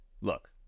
look